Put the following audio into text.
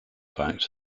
fact